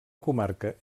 comarca